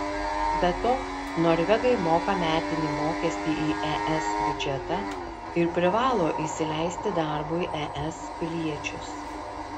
be to norvegai moka metinį mokestį į es biudžetą ir privalo įsileisti darbui es piliečius